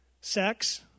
sex